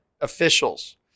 officials